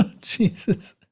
jesus